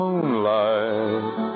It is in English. Moonlight